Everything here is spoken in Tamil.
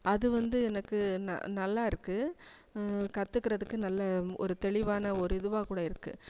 அது வந்து எனக்கு ந நல்லாயிருக்கு கற்றுக்கறதுக்கு நல்ல ஒரு தெளிவான ஒரு இதுவாக்கூட இருக்குது